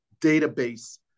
database